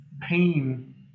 pain